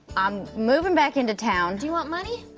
i'm movin' back into town. do you want money?